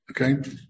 okay